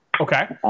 Okay